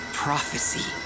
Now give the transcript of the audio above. prophecy